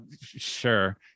sure